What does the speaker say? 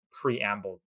preamble